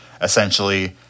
Essentially